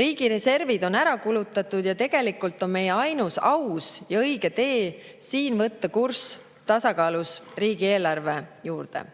Riigi reservid on ära kulutatud ja tegelikult on meie ainus aus ja õige tee siin võtta kurss tasakaalus riigieelarve poole.